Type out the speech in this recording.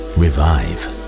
revive